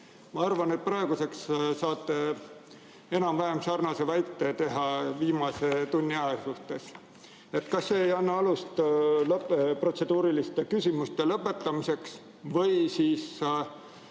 Ma arvan, et praeguseks saate enam-vähem sarnase väite teha viimase tunni aja suhtes. Kas see ei anna alust protseduuriliste küsimuste lõpetamiseks? Või võiks